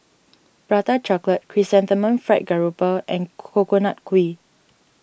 Prata Chocolate Chrysanthemum Fried Grouper and Coconut Kuih